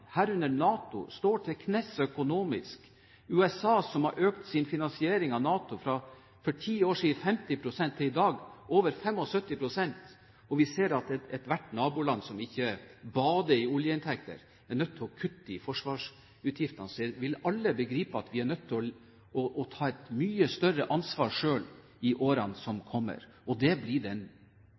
herunder NATO-land, står til knes økonomisk – USA har økt sin finansiering av NATO fra, for ti år siden, 50 pst., til i dag over 75 pst. – og vi ser at ethvert naboland som ikke bader i oljeinntekter, er nødt til å kutte i forsvarsutgiftene, vil alle begripe at vi er nødt til å ta et mye større ansvar selv i årene som kommer. Det blir den